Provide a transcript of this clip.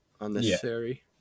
unnecessary